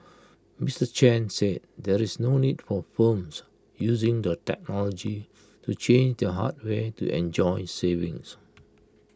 Mister Chen said there is no need for firms using the technology to change their hardware to enjoy savings